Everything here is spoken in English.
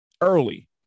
early